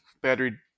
battery